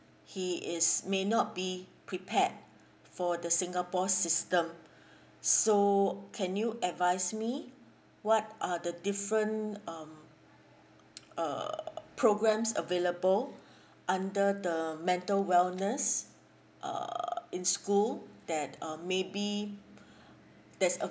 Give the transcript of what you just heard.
he is may not be prepared for the singapore system so can you advise me what are the different um uh programs available under the mental wellness uh in school that um maybe that's